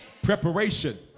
Preparation